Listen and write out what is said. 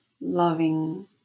loving